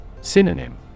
Synonym